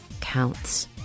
counts